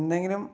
എന്തെങ്കിലും